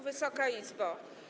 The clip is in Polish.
Wysoka Izbo!